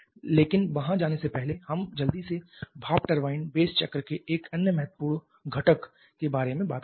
लेकिन वहाँ जाने से पहले हम जल्दी से भाप टरबाइन बेस चक्र के एक अन्य महत्वपूर्ण घटक के बारे में बात करते हैं